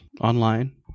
online